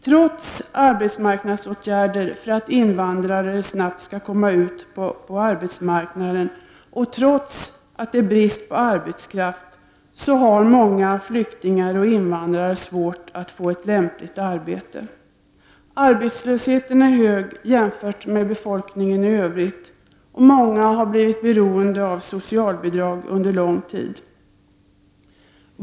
Trots arbetsmarknadsåtgärder för att invandrare snabbt skall komma ut på arbetsmarknaden och trots bristen på arbetskraft har många flyktingar och invandrare svårt att få ett lämpligt arbete. Arbetslösheten bland invandrare är hög jämförd med arbetslösheten inom befolkningen i övrigt, och många har blivit beroende av socialbidrag under lång tid.